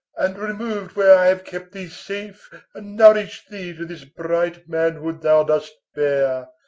and removed where i have kept thee safe and nourished thee to this bright manhood thou dost bear,